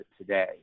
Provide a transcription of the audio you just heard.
today